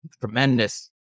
tremendous